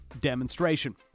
demonstration